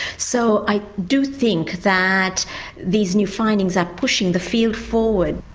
so i do think that these new findings are pushing the field forward.